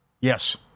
Yes